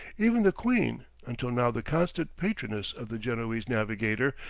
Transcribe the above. even the queen, until now the constant patroness of the genoese navigator,